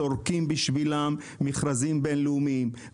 סורקים בשבילם מכרזים בין-לאומיים,